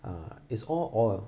uh it's all oil